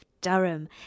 Durham